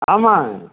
ஆமாம்